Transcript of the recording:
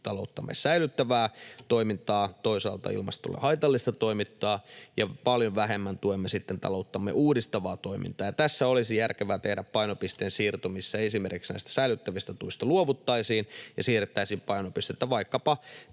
talouttamme säilyttävää toimintaa, toisaalta ilmastolle haitallista toimintaa. Paljon vähemmän tuemme talouttamme uudistavaa toimintaa. Tässä olisi järkevää tehdä painopisteen siirto, missä esimerkiksi näistä säilyttävistä tuista luovuttaisiin ja siirrettäisiin painopistettä vaikkapa